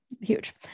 huge